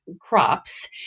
crops